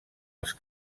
els